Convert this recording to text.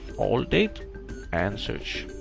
all date and search.